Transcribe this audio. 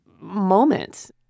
moment